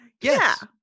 Yes